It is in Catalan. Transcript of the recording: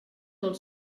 del